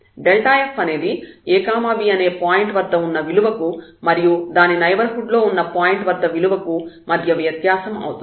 f అనేది a b అనే point వద్ద ఉన్న విలువకు మరియు దాని నైబర్హుడ్ లో ఉన్న పాయింట్ వద్ద విలువకు మధ్య వ్యత్యాసం అవుతుంది